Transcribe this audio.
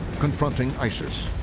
confronting isis.